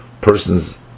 persons